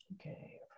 Okay